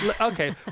Okay